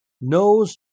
knows